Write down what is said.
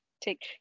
take